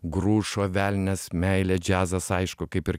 grušo velnias meilė džiazas aišku kaip ir